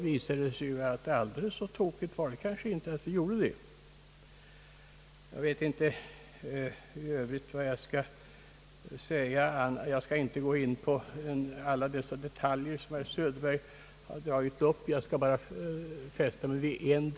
Jag vet inte vad jag i övrigt skall säga — jag kan ju inte ta upp alla de detaljer som herr Söderberg dragit fram. Jag fäste mig emellertid särskilt vid en sak.